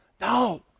No